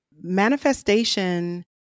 manifestation